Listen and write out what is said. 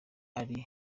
ari